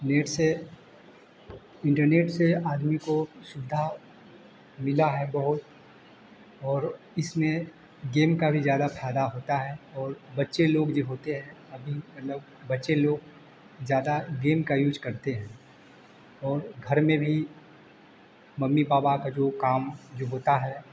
net से internet से आदमी को सुविधा मिला है बहुत और इसमें गेम का भी ज्यादा फायदा होता है और बच्चे लोग जो होते हैं अभी मतलब बच्चे लोग ज़्यादा गेम का यूज करते हैं और घर में भी मम्मी पापा का जो काम जो होता है